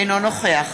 אינו נוכח